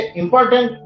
important